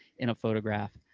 in a photograph.